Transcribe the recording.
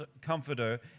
comforter